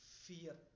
fear